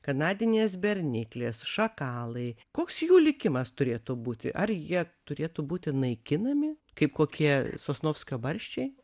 kanadinės berniklės šakalai koks jų likimas turėtų būti ar jie turėtų būti naikinami kaip kokie sosnovskio barščiai